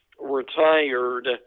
retired